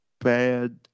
bad